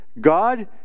God